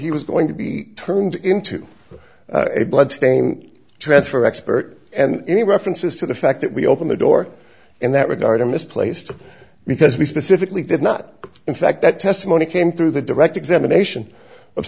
he was going to be turned into a bloodstain transfer expert and any references to the fact that we open the door in that regard are misplaced because we specifically did not in fact that testimony came through the direct examination of